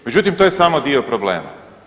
Međutim, to je samo dio problema.